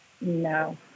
No